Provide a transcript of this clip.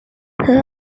her